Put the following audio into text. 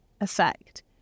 effect